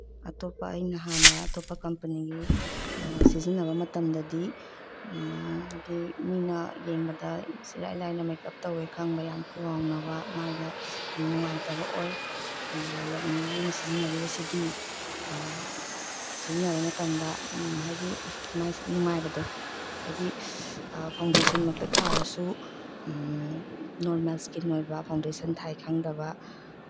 ꯑꯇꯣꯞꯄ ꯑꯩꯅ ꯍꯥꯟꯅ ꯑꯇꯣꯄꯄ ꯀꯝꯄꯅꯤꯒꯤ ꯁꯤꯖꯤꯟꯅꯕ ꯃꯇꯝꯗꯗꯤ ꯗꯤ ꯃꯤꯅ ꯌꯦꯡꯕꯗ ꯏꯔꯥꯏ ꯂꯥꯏꯅ ꯃꯦꯛꯑꯞ ꯇꯧꯋꯦ ꯈꯪꯕ ꯌꯥꯝ ꯐꯨꯋꯥꯎꯅꯕ ꯃꯥꯏꯗ ꯌꯥꯝ ꯅꯨꯡꯉꯥꯏꯇꯕ ꯑꯣꯏ ꯑꯗꯨꯒ ꯂꯦꯛꯃꯤꯒꯤ ꯑꯩꯅ ꯁꯤꯖꯤꯟꯅꯔꯤꯕꯁꯤꯗꯤ ꯁꯤꯖꯤꯟꯅꯕ ꯃꯇꯝꯗ ꯍꯥꯏꯗꯤ ꯃꯥꯏꯁꯦ ꯅꯨꯡꯉꯥꯏꯕꯗꯣ ꯍꯥꯏꯗꯤ ꯐꯥꯎꯟꯗꯦꯁꯟꯃꯛꯇ ꯊꯥꯔꯁꯨ ꯅꯣꯔꯃꯦꯜ ꯏꯁꯀꯤꯟ ꯑꯣꯏꯕ ꯐꯥꯎꯟꯗꯦꯁꯟ ꯊꯥꯏ ꯈꯪꯗꯕ